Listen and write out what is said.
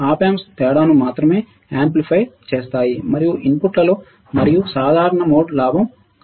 Op amps తేడాను మాత్రమే amplify చేస్తాయి మరియుఇన్పుట్లలో మరియు సాధారణ మోడ్ లాభం కాదు